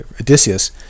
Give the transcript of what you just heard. Odysseus